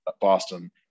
Boston –